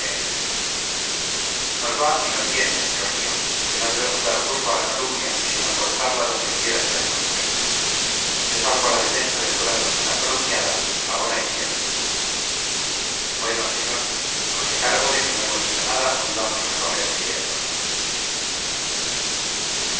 en esto nos va y nos viene señor mío que no debemos dar curso a la calumnia sino cortarla dondequiera que la encontremos yo salgo a la defensa de toda persona calumniada ahora y siempre bueno señor hágase cargo de que no hemos dicho nada y vámonos a comer que ya es hora